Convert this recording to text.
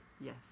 yes